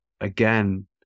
again